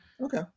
Okay